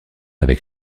avec